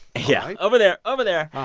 yeah. over there, over there.